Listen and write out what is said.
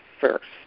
first